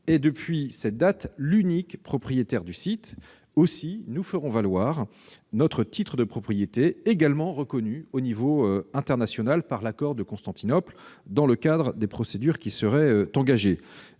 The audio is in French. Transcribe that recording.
est depuis cette date l'unique propriétaire du site. Aussi, nous ferons valoir notre titre de propriété, également reconnu à l'échelon international par l'accord de Constantinople, dans le cadre des procédures qui seraient engagées.